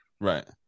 Right